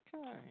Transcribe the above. Okay